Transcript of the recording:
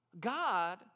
God